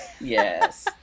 Yes